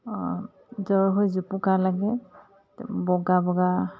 জ্বৰ হৈ জোপোকা লাগে বগা বগা